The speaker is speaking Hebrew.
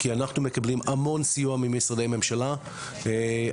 כי אנחנו מקבלים המון סיוע ממשרדי הממשלה השונים,